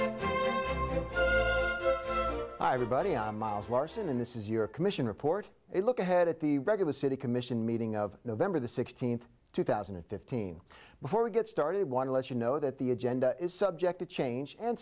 everybody on miles larsen and this is your commission report a look ahead at the regular city commission meeting of november the sixteenth two thousand and fifteen before we get started want to let you know that the agenda is subject to change and